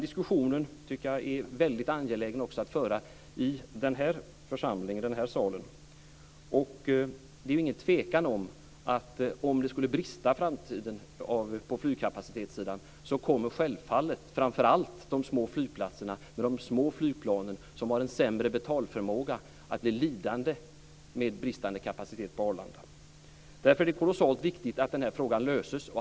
Jag tycker att det är angeläget att föra den diskussionen också i den här församlingen. Det är inget tvivel om att om det i framtiden skulle brista på flygkapacitetssidan i Arlanda, kommer framför allt de små flygplatserna med små flygplan och sämre betalförmåga att bli lidande. Det är därför kolossalt viktigt att den här frågan löses snabbt.